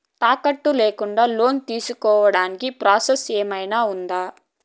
తాకట్టు లేకుండా లోను తీసుకోడానికి ప్రాసెస్ ఏమన్నా ఉందా?